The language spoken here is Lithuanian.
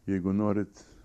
jeigu norit